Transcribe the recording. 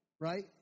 right